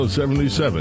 77